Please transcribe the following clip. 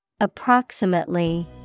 Approximately